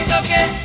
okay